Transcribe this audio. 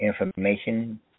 information